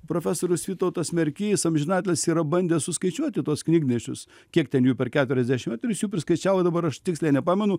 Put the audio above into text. profesorius vytautas merkys amžinatilsį yra bandęs suskaičiuoti tuos knygnešius kiek ten jų per keturiasdešim metų ir jis jų priskaičiavo dabar aš tiksliai nepamenu